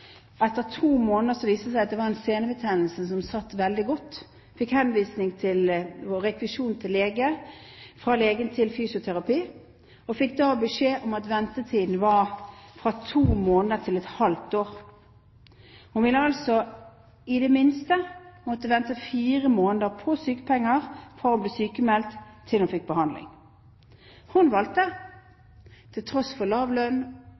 Etter to måneder viste det seg at det var en senebetennelse som satt veldig godt. Hun fikk rekvisisjon fra legen til fysioterapi, og fikk da beskjed om at ventetiden var fra to måneder til et halvt år. Hun ville altså måttet vente minst fire måneder på sykepenger fra hun ble sykmeldt, til hun fikk behandling. Hun valgte, til tross for lav lønn,